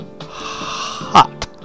hot